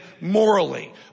morally